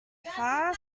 far